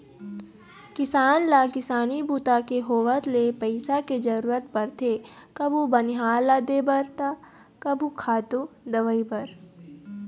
किसान ल किसानी बूता के होवत ले पइसा के जरूरत परथे कभू बनिहार ल देबर त कभू खातू, दवई बर